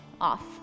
off